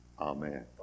Amen